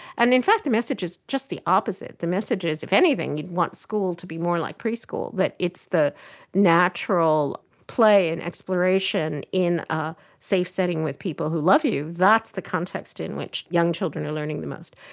and in fact the message is just the opposite. the message is, if anything, you'd want school to be more like preschool, that it's the natural play and exploration in a safe setting with people who love you, that's the context in which young children are learning the most.